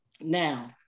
Now